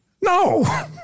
No